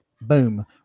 Boom